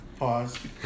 Pause